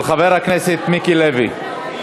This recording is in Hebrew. של חבר הכנסת מיקי לוי.